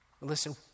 Listen